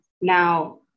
Now